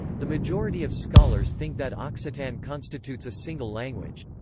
the majority of scholars think that occitan constitutes a single language.